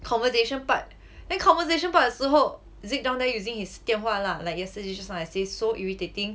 conversation part then conversation part 的时候 zeke down there using his 电话 lah like yesterday just now I say so irritating